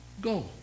go